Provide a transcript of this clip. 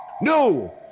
No